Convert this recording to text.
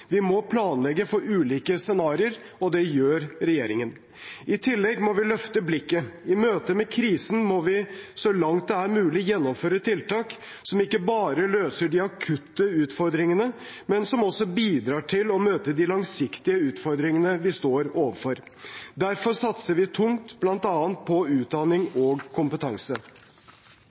Vi må planlegge for ulike scenarioer, og det gjør regjeringen. I tillegg må vi løfte blikket. I møte med krisen må vi, så langt det er mulig, gjennomføre tiltak som ikke bare løser de akutte utfordringene, men som også bidrar til å møte de langsiktige utfordringene vi står overfor. Derfor satser vi tungt bl.a. på utdanning og kompetanse.